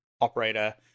operator